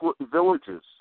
villages